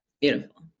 Beautiful